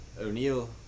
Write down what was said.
O'Neal